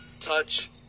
touch